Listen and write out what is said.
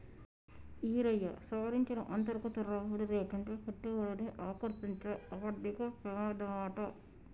ఈరయ్యా, సవరించిన అంతర్గత రాబడి రేటంటే పెట్టుబడిని ఆకర్సించే ఆర్థిక పెమాదమాట